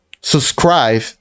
subscribe